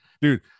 dude